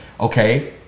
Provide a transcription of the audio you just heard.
Okay